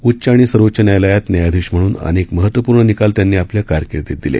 उच्च आणि सर्वोच्च न्यायालयात न्यायाधीश म्हणून अनेक महत्वपूर्ण निकाल त्यांनी आपल्या कारकिर्दीत दिले